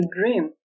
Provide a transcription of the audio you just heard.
dream